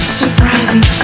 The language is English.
surprising